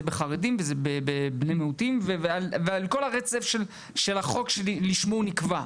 וזה בחרדים וזה בני מיעוטים ועל כל הרצף של החוק שלשמו הוא נקבע,